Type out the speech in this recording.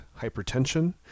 hypertension